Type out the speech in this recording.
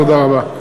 תודה רבה.